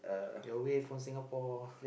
you're away from Singapore